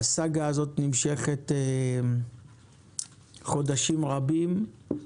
הסאגה הזאת נמשכת חודשים רבים.